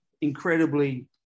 incredibly